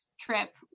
trip